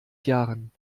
jahren